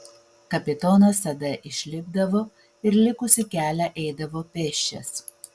kapitonas tada išlipdavo ir likusį kelią eidavo pėsčias